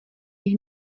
jich